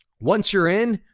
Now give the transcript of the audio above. once you're in,